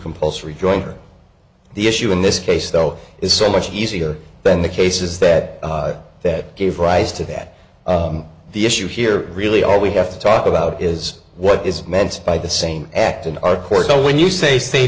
compulsory jointer the issue in this case though is so much easier than the cases that that gave rise to that the issue here really all we have to talk about is what is meant by the same act in our court so when you say sa